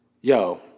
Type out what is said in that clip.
Yo